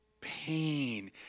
pain